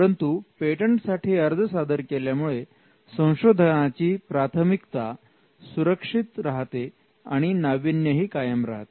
परंतु पेटंटसाठी अर्ज सादर केल्यामुळे संशोधनाची प्राथमिकता सुरक्षित राहते आणि नाविन्यही कायम राहते